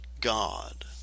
God